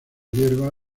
hierba